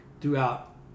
throughout